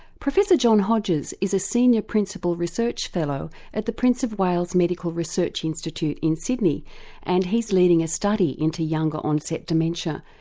professor john hodges is a senior principal research fellow at the prince of wales medical research institute in sydney and he's leading a study into younger onset dementia,